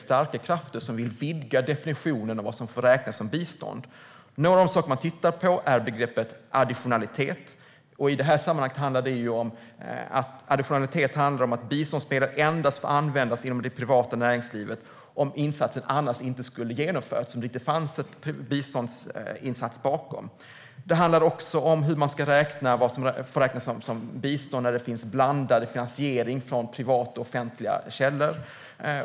Starka krafter vill vidga definitionen av vad som får räknas som bistånd. Något som man tittar på är begreppet additionalitet. I detta sammanhang handlar additionalitet om att biståndsmedel endast får användas inom det privata näringslivet om insatsen annars inte skulle ha genomförts. Det handlar också om vad som får räknas som bistånd när det finns blandad finansiering från privata och offentliga källor.